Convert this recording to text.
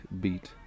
beat